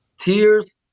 tears